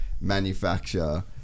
manufacture